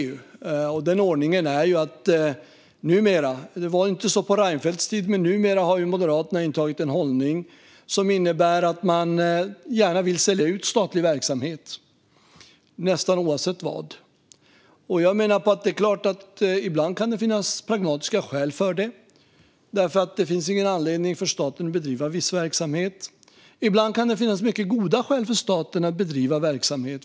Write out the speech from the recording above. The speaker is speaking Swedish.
Moderaterna har ju numera - det var inte så på Reinfeldts tid - intagit en hållning som innebär att man gärna vill sälja ut statlig verksamhet, nästan oavsett vilken. Det är klart att det ibland kan finnas pragmatiska skäl för detta: Det finns ingen anledning för staten att bedriva viss verksamhet. Ibland kan det finnas mycket goda skäl för staten att bedriva verksamhet.